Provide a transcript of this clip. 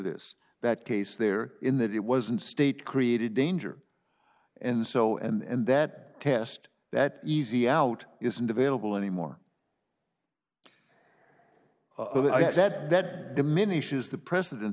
is that case there in that it wasn't state created danger and so and that test that easy out isn't available anymore of i think that that diminishes the president